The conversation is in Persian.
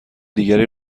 دیگری